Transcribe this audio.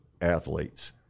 athletes